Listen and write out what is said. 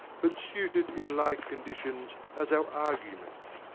but suited in like conditions as our argument,